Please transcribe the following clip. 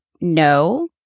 no